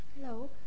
Hello